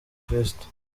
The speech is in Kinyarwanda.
kristo